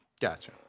Gotcha